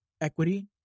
equity